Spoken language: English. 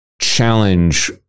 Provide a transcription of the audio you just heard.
challenge